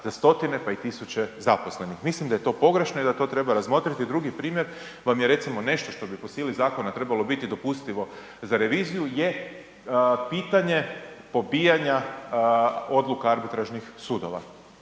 za stotine pa i tisuće zaposlenih, mislim da je to pogrešno i da to treba razmotriti. Drugi primjer vam je recimo nešto što bi po sili zakona trebalo biti dopustivo za reviziju je pitanje pobijanja odluka arbitražnih sudova.